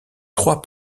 trois